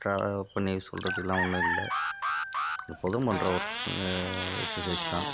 எக்ஸ்ட்ராவாக பண்ணி சொல்றதுக்குலாம் ஒன்றும் இல்லை எப்போதும் பண்ணுற ஒர்க் எக்ஸர்சைஸ் தான்